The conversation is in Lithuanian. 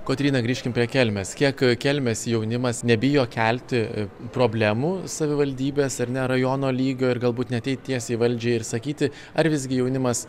kotryna grįžkim prie kelmės kiek kelmės jaunimas nebijo kelti problemų savivaldybės ar ne rajono lygio ir galbūt net eiti tiesiai į valdžiai ir sakyti ar visgi jaunimas